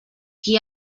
qui